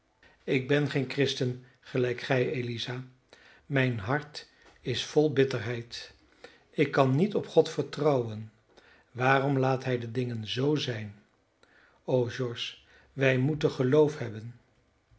ik ben geen christen gelijk gij eliza mijn hart is vol bitterheid ik kan niet op god vertrouwen waarom laat hij de dingen zoo zijn o george wij moeten geloof hebben